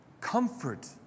comfort